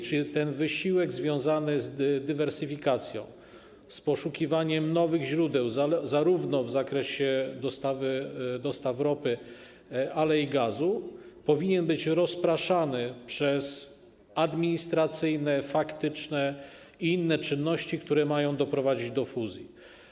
Czy ten wysiłek związany z dywersyfikacją, z poszukiwaniem nowych źródeł zarówno w zakresie dostaw ropy, jak i gazu powinien być rozpraszany przez administracyjne, faktyczne i inne czynności, które mają doprowadzić do fuzji?